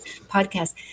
podcast